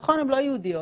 נכון, הן לא יהודיות.